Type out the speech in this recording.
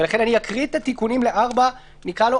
לכן, אני אקריא את התיקונים ל-4 המקורי,